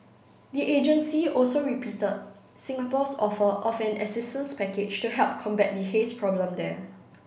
the agency also repeated Singapore's offer of an assistance package to help combat the haze problem there